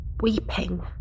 weeping